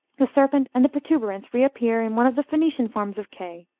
the serpent and the protuberance reappear in one of the phoenician forms of k,